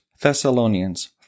Thessalonians